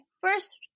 First